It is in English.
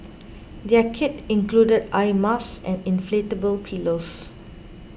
their kit included eye masks and inflatable pillows